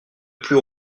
plus